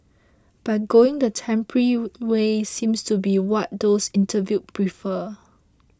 but going the temporary way seems to be what those interviewed prefer